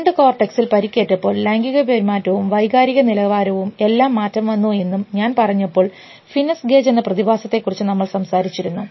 front കോർട്ടക്സിൽ പരിക്കേറ്റപ്പോൾ ലൈംഗിക പെരുമാറ്റവും വൈകാരിക നിലവാരവും എല്ലാം മാറ്റം വന്നു എന്നും ഞാൻ പറഞ്ഞപ്പോൾ ഫിനസ് ഗേജ് എന്ന പ്രതിഭാസത്തെക്കുറിച്ച് നമ്മൾ സംസാരിച്ചിരുന്നു